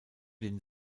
den